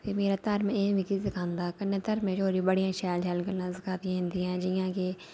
एह् मेरा धर्म एह् मिगी सखांदा कन्नै धर्में च होर बड़ी शैल शैल गल्ल सखाई जंदियां जि'यां कि